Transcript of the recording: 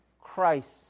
Christ